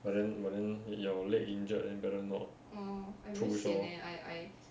but then but then your leg injured then better not push lor